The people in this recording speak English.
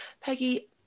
Peggy